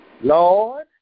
Lord